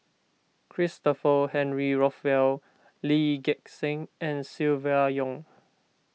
Christopher Henry Rothwell Lee Gek Seng and Silvia Yong